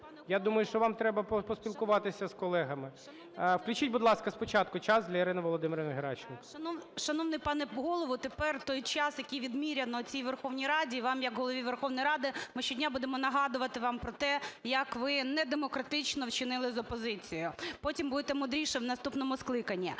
Я думаю, що вам треба поспілкуватися з колегами. Включіть, будь ласка, спочатку час для Ірини Володимирівни Геращенко. 11:19:33 ГЕРАЩЕНКО І.В. Шановний пане Голово, тепер той час, який відміряно цій Верховній Раді, вам як Голові Верховної Ради, ми щодня будемо нагадувати вам про те, як ви недемократично вчинили з опозицією. Потім будете мудрішим в наступному скликанні.